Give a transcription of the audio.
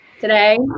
today